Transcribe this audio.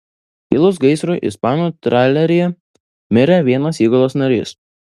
kilus gaisrui ispanų traleryje mirė vienas įgulos narys